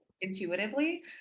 intuitively